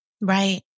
right